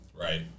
Right